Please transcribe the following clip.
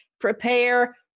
prepare